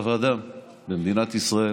להביא בפניכם את הצעת החוק לתיקון ולהארכת